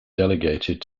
delegated